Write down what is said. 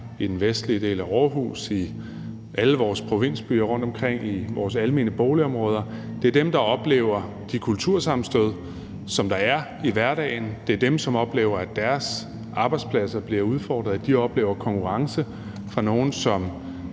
i den vestlige del af Aarhus, i alle vores provinsbyer rundtomkring i vores almene boligområder. Det er dem, der oplever de kultursammenstød, som der er, i hverdagen. Det er dem, der oplever, at deres arbejdspladser bliver udfordret. De oplever konkurrence fra nogle, som